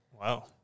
Wow